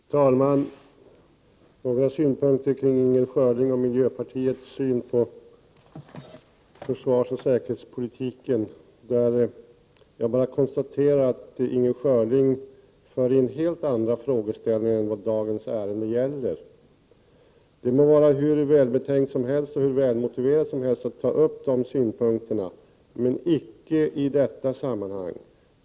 Fru talman! Jag vill ge några synpunkter på Inger Schörlings och miljöpartiets syn på försvarsoch säkerhetspolitiken. Jag konstaterar bara att Inger Schörling för in helt andra frågeställningar än vad dagens ärende gäller. Det må vara hur välbetänkt och välmotiverat som helst att ta upp de synpunkterna, men icke i detta sammanhang.